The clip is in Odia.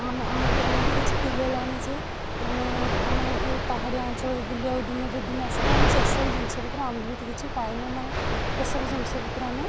ମାନେ ଆମକୁ ଏମିତି କିଛି ଫିଲ ହେଲନି ଯେ ମାନେ ଆମେ ଏଇ ପାହାଡ଼ିଆ ଅଞ୍ଚଳକୁ ବୁଲିବାକୁ ଦିନେ ଦୁଇ ଦିନେ ଆସିଲୁ ଆମେ ସେ ସବୁ ଜିନିଷ ଭିତରେ ଆମେ ବି ଏତେ କିଛି ପାଇନୁ ମାନେ ଏ ସବୁ ଜିନିଷ ଭିତରେ ଆମେ